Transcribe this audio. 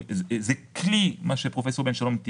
מה עושה קרן נדל"ן?